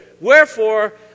Wherefore